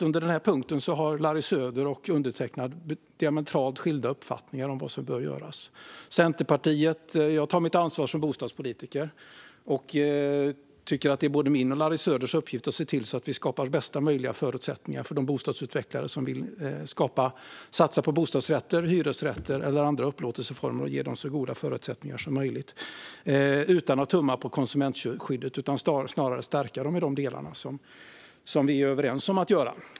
Under den här punkten har Larry Söder och undertecknad diametralt skilda uppfattningar om vad som bör göras. Jag tar mitt ansvar som bostadspolitiker och tycker att det är både min och Larry Söders uppgift att se till att skapa bästa möjliga förutsättningar för de bostadsutvecklare som vill satsa på bostadsrätter, hyresrätter eller andra upplåtelseformer och ge dem så goda förutsättningar som möjligt. Däremot ska vi inte tumma på konsumentskyddet. Vi stärker det snarare i de delar som vi är överens om att göra.